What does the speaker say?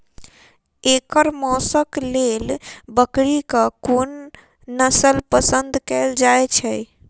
एकर मौशक लेल बकरीक कोन नसल पसंद कैल जाइ छै?